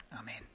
Amen